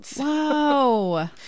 wow